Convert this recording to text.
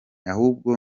ahubwo